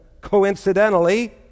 coincidentally